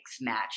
match